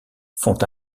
font